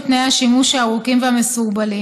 את תנאי השימוש הארוכים והמסורבלים,